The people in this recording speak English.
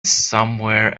somewhere